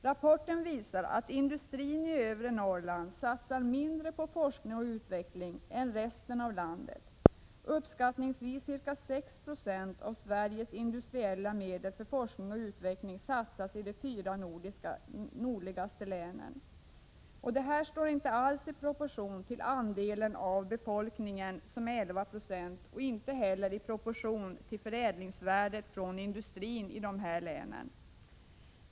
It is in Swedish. Rapporten visar att industrin i övre Norrland satsar mindre på fou än resten av landet. Uppskattningsvis ca 6 96 av Sveriges industriella medel för fou satsas i de fyra nordligaste länen. Detta står inte alls i proportion till andelen av befolkningen, som är 11 96, och inte heller i proportion till förädlingsvärdet hos industrin i dessa län.